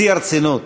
בשיא הרצינות,